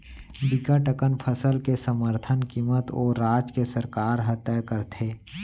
बिकट अकन फसल के समरथन कीमत ओ राज के सरकार ह तय करथे